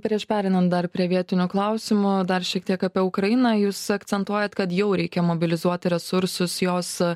prieš pereinant dar prie vietinio klausimo dar šiek tiek apie ukrainą jūs akcentuojat kad jau reikia mobilizuoti resursus jos